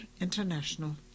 international